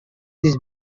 this